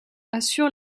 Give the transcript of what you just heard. assure